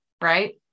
right